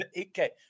okay